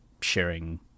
sharing